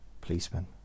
Policeman